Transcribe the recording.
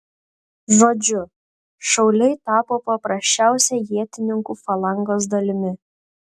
žodžiu šauliai tapo paprasčiausia ietininkų falangos dalimi